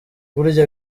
burya